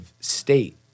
state